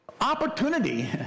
opportunity